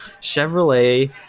Chevrolet